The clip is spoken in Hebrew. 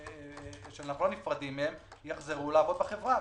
שאנחנו לא נפרדים מהם, יחזרו לעבוד בחברה.